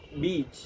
beach